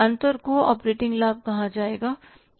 अंतर को ऑपरेटिंग लाभ कहा जाता है